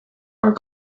are